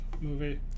movie